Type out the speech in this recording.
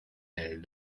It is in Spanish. del